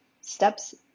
Steps